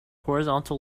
horizontal